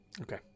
Okay